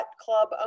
club